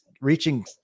reaching